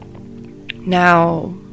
Now